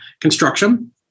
construction